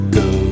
go